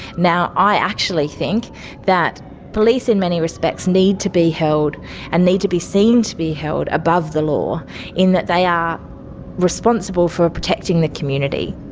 now, i actually think that police in many respects need to be held and need to be seen to be held above the law in that they are responsible for protecting the community.